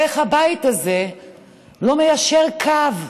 איך הבית הזה לא מיישר קו?